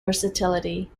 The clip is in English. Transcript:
versatility